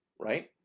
right?